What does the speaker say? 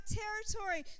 territory